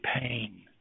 pain